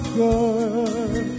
good